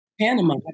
Panama